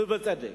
ובצדק,